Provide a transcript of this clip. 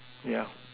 yeah